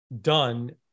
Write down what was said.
done